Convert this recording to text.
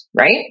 Right